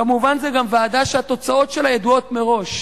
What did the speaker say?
כמובן, זאת ועדה שהתוצאות שלה ידועות מראש,